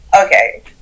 Okay